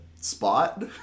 spot